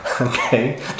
Okay